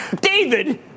David